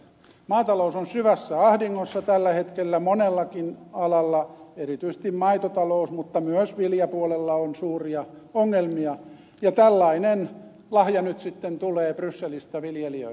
maatalous on syvässä ahdingossa tällä hetkellä monellakin alalla erityisesti maitotalous mutta myös viljapuolella on suuria ongelmia ja tällainen lahja nyt sitten tulee brysselistä viljelijöille